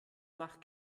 nach